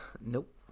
Nope